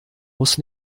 muss